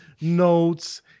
notes